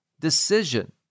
decision